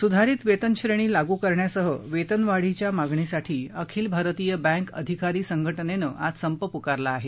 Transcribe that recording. सुधारित वेतनश्रेणी लागू करण्यासह वेतनवाढीच्या मागणीसाठी अखिल भारतीय बँक अधिकारी संघटनेनं आज संप पुकारला आहे